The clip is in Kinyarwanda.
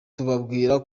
tubabwira